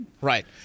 Right